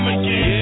again